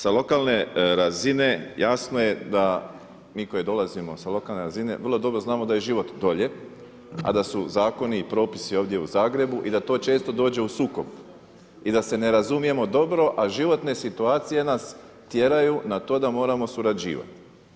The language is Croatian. Sa lokalne razine jasno je da mi koji dolazimo sa lokalne razine vrlo dobro znamo da je život dolje, a da su zakoni i propisi ovdje u Zagrebu i da to često dođe u sukob i da se ne razumijemo dobro, a životne situacije nas tjeraju na to da moramo surađivati.